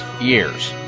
years